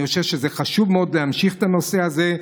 אני חושב שזה חשוב מאוד להמשיך את הנושא הזה.